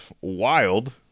wild